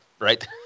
right